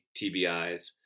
TBIs